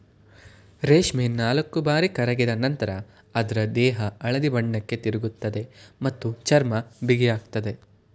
ರೇಷ್ಮೆ ನಾಲ್ಕುಬಾರಿ ಕರಗಿದ ನಂತ್ರ ಅದ್ರ ದೇಹ ಹಳದಿ ಬಣ್ಣಕ್ಕೆ ತಿರುಗ್ತದೆ ಮತ್ತೆ ಚರ್ಮ ಬಿಗಿಯಾಗ್ತದೆ